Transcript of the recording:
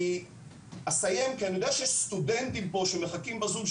אני אסיים כי אני יודע שיש סטודנטים פה שמחכים בזום,